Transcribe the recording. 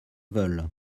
veulent